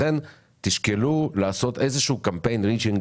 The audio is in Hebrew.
לכן תשקלו לעשות איזשהו קמפיין ריצ'ינג